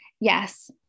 yes